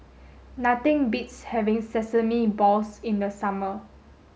nothing beats having sesame balls in the summer